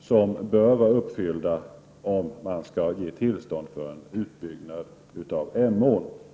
som bör vara uppfyllda om man skall ge tillstånd till en utbyggnad av Emån.